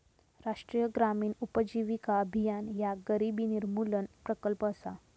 राष्ट्रीय ग्रामीण उपजीविका अभियान ह्या गरिबी निर्मूलन प्रकल्प असा